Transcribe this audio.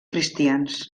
cristians